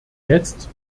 jetzt